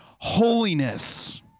Holiness